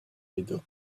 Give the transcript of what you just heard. médoc